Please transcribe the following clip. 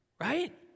Right